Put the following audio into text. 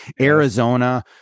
Arizona